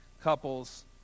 couples